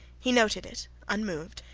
he noted it unmoved,